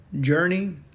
journey